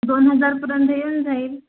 दोन हजारपर्यंत येऊन जाईल